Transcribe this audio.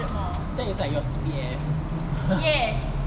that is like your C_P_F